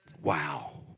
Wow